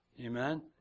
Amen